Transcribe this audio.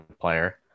player